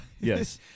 Yes